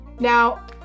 Now